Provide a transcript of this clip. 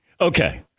Okay